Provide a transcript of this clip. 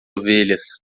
ovelhas